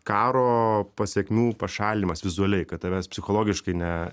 karo pasekmių pašalinimas vizualiai kad tavęs psichologiškai ne